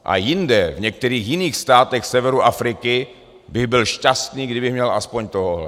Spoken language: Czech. A jinde, v některých jiných státech severu Afriky bych byl šťastný, kdybych měl aspoň tohohle.